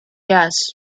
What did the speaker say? gas